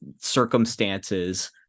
circumstances